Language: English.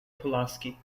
pulaski